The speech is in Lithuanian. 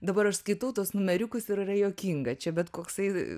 dabar aš skaitau tuos numeriukus ir yra juokinga čia bet koksai